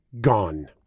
gone